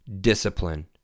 discipline